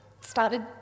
started